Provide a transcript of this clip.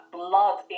blood